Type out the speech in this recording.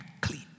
clean